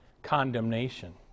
condemnation